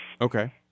Okay